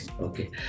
okay